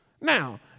Now